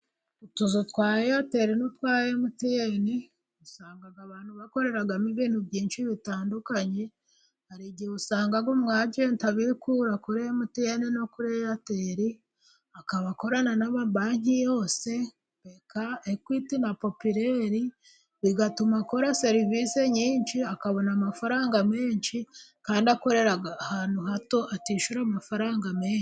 Utuzu twa Eyateli n'utwa Emutiyene usanga abantu bakoreramo ibintu byinshi bitandukanye, hari igihe usanga umwajenti abikura kure Emutiyene no kuri Eyateli akaba akorana na banki yose nka Ekwiti na Popireri, bigatuma akora serivisi nyinshi akabona amafaranga menshi, kandi akorera ahantu hato atishyura amafaranga menshi.